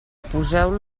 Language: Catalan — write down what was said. poseu